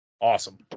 Awesome